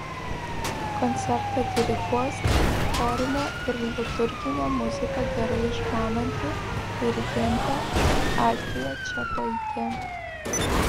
koncertą diriguos chorinę ir liturginę muziką gerai išmananti dirigentė adrija čepaitė